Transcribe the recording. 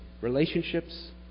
relationships